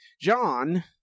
John